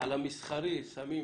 על המסחרי שמים